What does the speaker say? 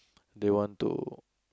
they want to